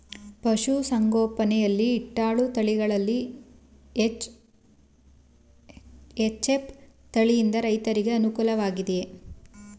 ಪಶು ಸಂಗೋಪನೆ ಯಲ್ಲಿ ಇಟ್ಟಳು ತಳಿಗಳಲ್ಲಿ ಎಚ್.ಎಫ್ ತಳಿ ಯಿಂದ ರೈತರಿಗೆ ಅನುಕೂಲ ವಾಗಿದೆಯೇ?